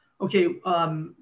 okay